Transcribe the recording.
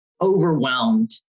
overwhelmed